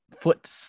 foot